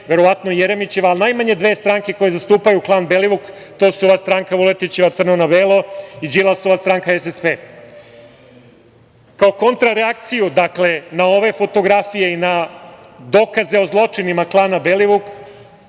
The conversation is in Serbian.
verovatno i Jeremićeva, a najmanje dve stranke koje zastupaju klan Belivuk, to su ova stranka, Vuletićeva – crno na belo i Đilasova stranka SSP.Kao kontra reakciju na ove fotografije i na dokaze o zločinima klana Belivuk,